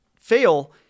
fail